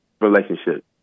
relationship